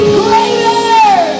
greater